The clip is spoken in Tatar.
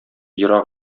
ерак